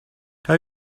how